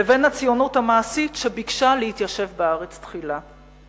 לבין הציונות המעשית, שביקשה להתיישב בארץ תחילה.